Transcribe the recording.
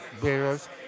bears